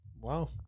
Wow